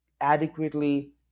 adequately